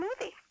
movie